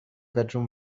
bedroom